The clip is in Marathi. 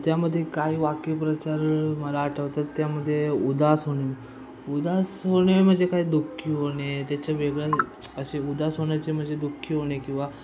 त्यामध्ये काही वाक्प्रचार मला आठवतात त्यामध्ये उदास होणे उदास होणे म्हणजे काय दुःखी होणे त्याच्या वेगळं असे उदास होण्याचे म्हणजे दुःखी होणे किंवा